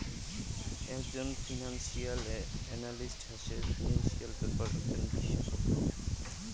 একজন financial analyst হসে financial ব্যাপারে একজন বিশষজ্ঞ